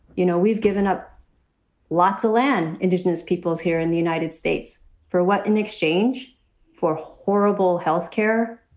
you know, we've given up lots of land, indigenous peoples here in the united states for what? in exchange for horrible health care.